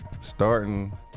starting